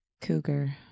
Cougar